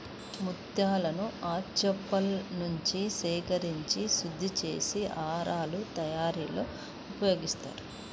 ముత్యాలను ఆల్చిప్పలనుంచి సేకరించి శుద్ధి చేసి హారాల తయారీలో ఉపయోగిస్తారు